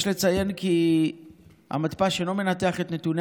יש לציין כי המתפ"ש אינו מנתח את נתוני